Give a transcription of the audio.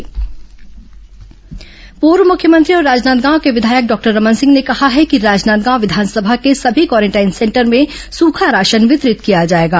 corona सूखा राशन रमन सिंह पूर्व मुख्यमंत्री और राजनांदगांव के विधायक डॉक्टर रमन सिंह ने कहा है कि राजनांदगांव विधानसभा के सभी क्वारेंटाइन सेंटर में सूखा राशन वितरित किया जाएगा